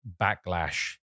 backlash